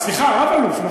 סליחה, רב-אלוף.